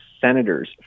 senators